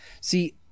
See